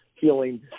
feeling